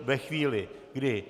Ve chvíli, kdy...